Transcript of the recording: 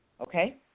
Okay